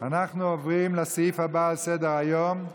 אנחנו עוברים לסעיף הבא על סדר-היום,